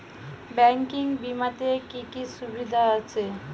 Banking বিমাতে কি কি সুবিধা আছে?